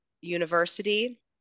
university